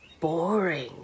boring